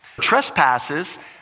Trespasses